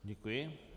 Děkuji.